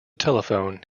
telephone